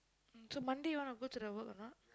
so Monday you want to go the work or not